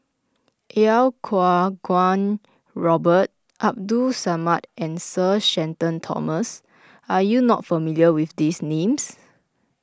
Iau Kuo Kwong Robert Abdul Samad and Sir Shenton Thomas are you not familiar with these names